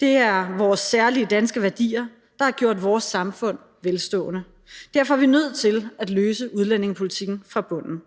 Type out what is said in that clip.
Det er vores særlige danske værdier, der har gjort vores samfund velstående. Derfor er vi nødt til at løse udlændingepolitikkens problemer fra bunden.